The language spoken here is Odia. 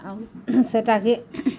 ଆହୁରି ସେଟାକେ